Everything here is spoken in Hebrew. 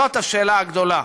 זאת השאלה הגדולה,